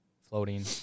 floating